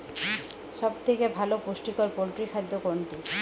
সব থেকে ভালো পুষ্টিকর পোল্ট্রী খাদ্য কোনটি?